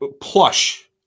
plush